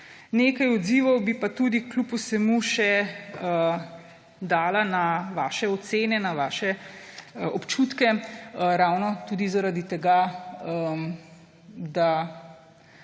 Nekaj odzivov bi pa tudi kljub vsemu še dala na vaše ocene, na vaše občutke, ravno tudi zaradi tega, da